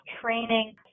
training